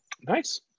Nice